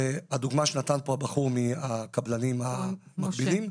הדוגמה שנתן פה הבחור מהקבלנים המקבילים: